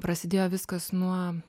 prasidėjo viskas nuo